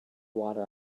water